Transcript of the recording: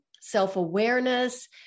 self-awareness